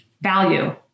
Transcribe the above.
Value